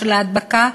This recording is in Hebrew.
של ההדבקה,